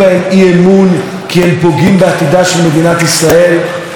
מדינת ישראל ואנחנו גם יודעים שהעבודה היא בידינו,